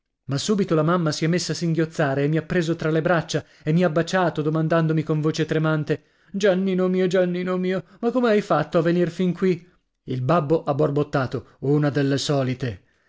ma subito la mamma si è messa a singhiozzare e mi ha preso tra le braccia e mi ha baciato domandandomi con voce tremante giannino mio giannino mio ma come hai fatto a venir fin qui il babbo ha borbottato una delle solite